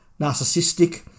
Narcissistic